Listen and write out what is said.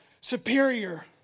superior